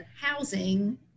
housing